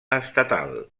estatal